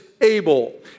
able